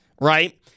right